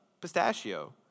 pistachio